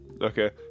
Okay